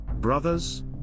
Brothers